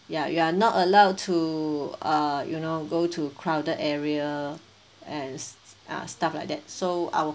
ya you are not allowed to uh you know go to crowded area and uh stuff like that so our